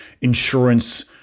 insurance